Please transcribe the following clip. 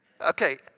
Okay